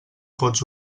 pots